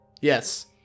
Yes